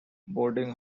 boarding